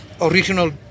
original